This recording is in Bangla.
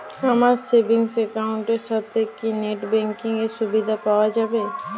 আমার সেভিংস একাউন্ট এর সাথে কি নেটব্যাঙ্কিং এর সুবিধা পাওয়া যাবে?